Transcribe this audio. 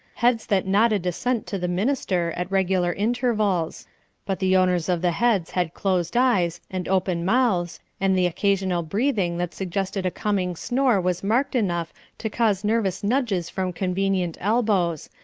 heads that nodded assent to the minister at regular intervals but the owners of the heads had closed eyes and open mouths, and the occasional breathing that suggested a coming snore was marked enough to cause nervous nudges from convenient elbows,